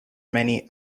many